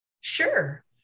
Sure